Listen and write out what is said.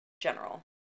general